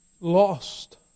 lost